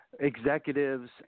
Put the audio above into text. executives